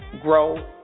grow